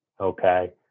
okay